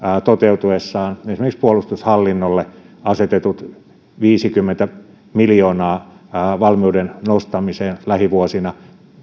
toteutuessaan esimerkiksi puolustushallinnolle asetetut viisikymmentä miljoonaa valmiuden nostamiseen lähivuosina